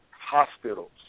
hospitals